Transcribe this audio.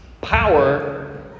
power